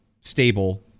stable